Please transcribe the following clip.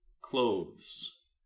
clothes